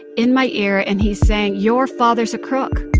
in my ear, and he's saying, your father's a crook